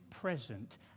present